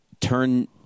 turn –